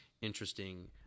interesting